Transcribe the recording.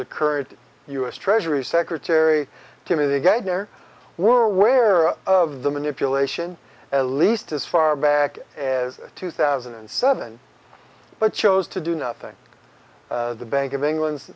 the current u s treasury secretary timothy geithner were aware of the manipulation at least as far back as two thousand and seven but chose to do nothing the bank of england